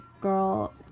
girl